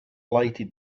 lighted